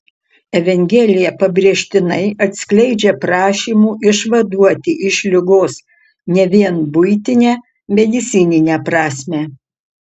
evangelija pabrėžtinai atskleidžia prašymų išvaduoti iš ligos ne vien buitinę medicininę prasmę